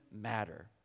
matter